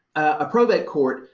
a probate court,